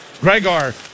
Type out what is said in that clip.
Gregor